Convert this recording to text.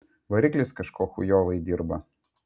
variklis kažko chujovai dirba